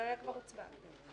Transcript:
על זה כבר הצביעו.